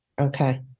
Okay